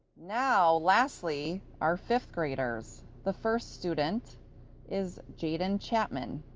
now, lastly are fifth graders. the first student is jaden chapman,